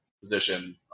position